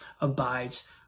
abides